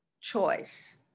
choice